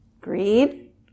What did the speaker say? Greed